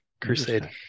Crusade